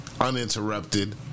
uninterrupted